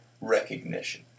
recognition